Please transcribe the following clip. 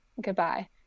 goodbye